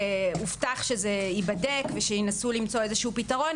הובטח שזה ייבדק ושינסו למצוא איזשהו פתרון,